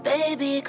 Baby